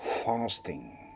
Fasting